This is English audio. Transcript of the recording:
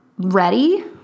Ready